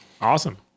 Awesome